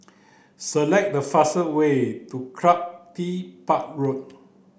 select the fastest way to Park Road